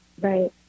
Right